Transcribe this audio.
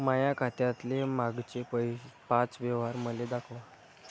माया खात्यातले मागचे पाच व्यवहार मले दाखवा